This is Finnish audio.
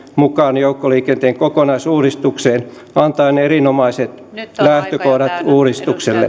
mukaan joukkoliikenteen kokonaisuudistukseen antaen erinomaiset lähtökohdat uudistukselle